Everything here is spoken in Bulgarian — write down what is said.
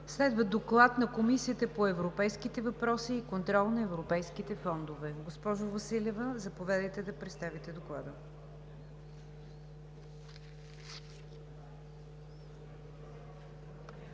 Следва Доклад на Комисията по европейските въпроси и контрол на европейските фондове. Госпожо Василева, заповядайте да представите Доклада.